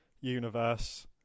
universe